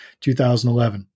2011